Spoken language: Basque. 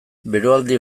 beroaldi